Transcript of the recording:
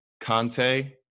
Conte